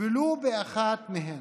ולו באחת מהן.